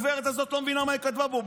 הגברת הזאת לא מבינה מה היא כתבה פה.